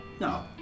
No